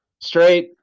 straight